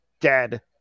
dead